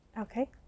Okay